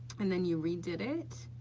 and then you redid it,